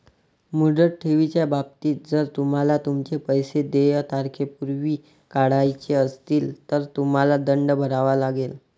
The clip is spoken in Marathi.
मुदत ठेवीच्या बाबतीत, जर तुम्हाला तुमचे पैसे देय तारखेपूर्वी काढायचे असतील, तर तुम्हाला दंड भरावा लागेल